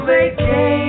Vacation